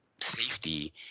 safety